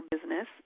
business